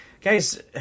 Guys